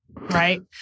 right